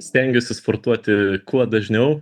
stengiuosi sportuoti kuo dažniau